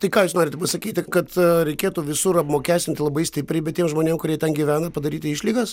tai ką jūs norite pasakyti kad reikėtų visur apmokestinti labai stipriai bet tiem žmonėm kurie ten gyvena padaryti išlygas